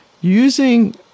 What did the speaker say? Using